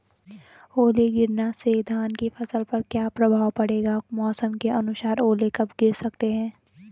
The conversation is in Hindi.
ओले गिरना से धान की फसल पर क्या प्रभाव पड़ेगा मौसम के अनुसार ओले कब गिर सकते हैं?